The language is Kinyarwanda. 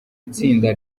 itsinda